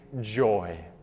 joy